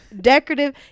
decorative